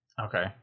Okay